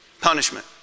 punishment